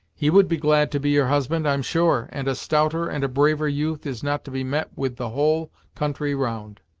he would be glad to be your husband, i'm sure, and a stouter and a braver youth is not to be met with the whole country round.